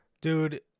Dude